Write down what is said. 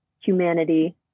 humanity